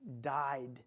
died